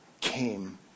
came